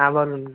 হ্যাঁ বলেন